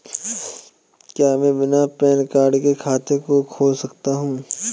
क्या मैं बिना पैन कार्ड के खाते को खोल सकता हूँ?